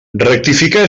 rectificar